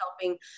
helping